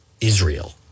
Israel